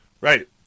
Right